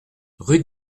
rue